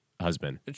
husband